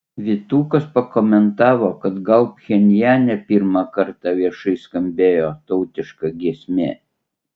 vytukas pakomentavo kad gal pchenjane pirmą kartą viešai skambėjo tautiška giesmė